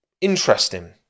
interesting